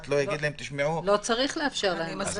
לא יגיד להם --- לא צריך לאפשר להם.